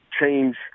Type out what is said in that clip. change